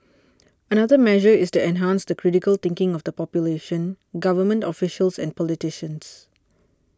another measure is to enhance the critical thinking of the population government officials and politicians